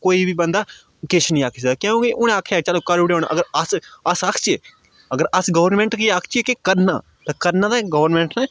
कोई बी बन्दा किश निं आखी सकदा क्योंकि उ'नें आखेआ चलो करी ओड़ेओ हून अगर अस अस आखचै अगर अस गौरमेंट गी आखचै कि करना तां करना ते गौरमेंट ने